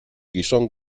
gizon